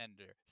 ender